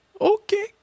okay